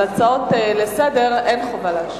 על הצעות לסדר-היום אין חובה להשיב.